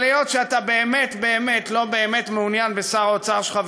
אבל היות שאתה באמת באמת לא באמת מעוניין בשר האוצר שלך,